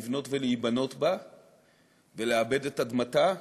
לבנות ולהיבנות בה ולעבד את אדמתה,